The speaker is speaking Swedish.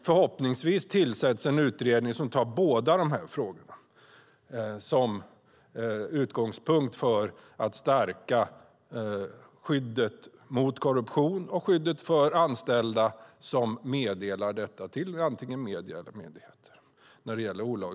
Förhoppningsvis tillsätts en utredning som tar båda dessa frågor som utgångspunkt för att stärka skyddet mot korruption och skyddet för anställda som meddelar olagligheter till antingen medier eller myndigheter.